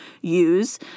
use